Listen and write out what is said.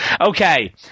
Okay